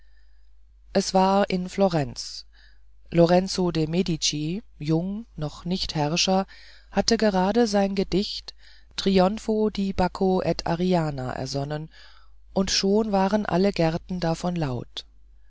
es war in florenz lorenzo de medici jung noch nicht herrscher hatte gerade sein gedicht trionfo di bacco ed arianna ersonnen und schon wurden alle gärten davon laut